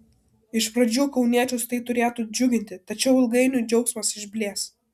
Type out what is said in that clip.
iš pradžių kauniečius tai turėtų džiuginti tačiau ilgainiui džiaugsmas išblės